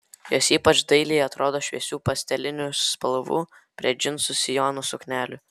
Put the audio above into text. jos ypač dailiai atrodo šviesių pastelinių spalvų prie džinsų sijonų suknelių